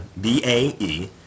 B-A-E